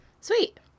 Sweet